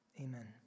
Amen